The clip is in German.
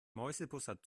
mäusebussard